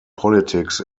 politics